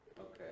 Okay